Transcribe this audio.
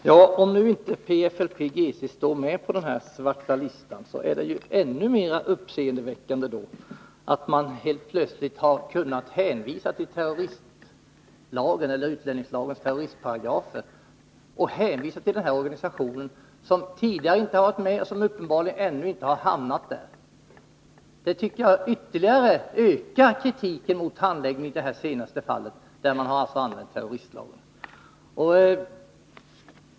Herr talman! Om nu inte PFLP-GC står med på ”den svarta listan”, är det ännu mer uppseendeväckande att man helt plötsligt har hänvisat till utlänningslagens terroristparagrafer när det gäller denna organisation, som tidigare inte varit upptagen där och som ännu inte har uppförts på den. Jag tycker att detta ytterligare ökar tyngden i kritiken mot handläggningen i det senast aktuella fall där man hänvisat till terroristlagen.